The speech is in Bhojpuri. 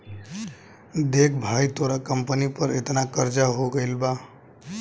देख भाई तोरा कंपनी पर एतना कर्जा हो गइल बा